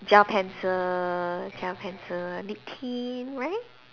gel pencil gel pencil lip tint right